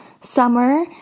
summer